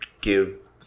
give